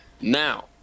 Now